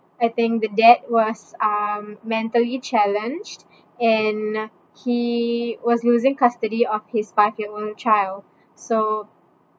I think the dad was um mentally challenged and he was losing custody of his five year old child so